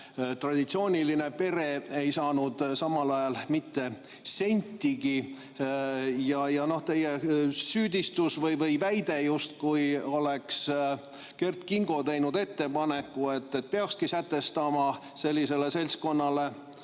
Traditsiooniline pere ei saanud samal ajal mitte sentigi. Teie süüdistus või väide, justkui oleks Kert Kingo teinud ettepaneku, et peakski sätestama sellele seltskonnale,